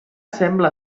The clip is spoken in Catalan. sembla